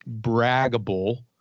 braggable